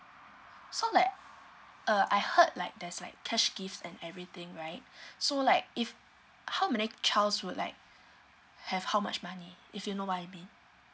so like uh I heard like there's like cash gifts and everything right so like if how many childs would like have how much money if you know what I mean